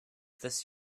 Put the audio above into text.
this